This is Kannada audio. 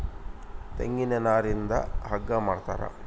ತೆಂಗಿನ ನಾರಿಂದ ಹಗ್ಗ ಮಾಡ್ತಾರ